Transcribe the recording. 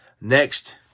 next